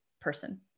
person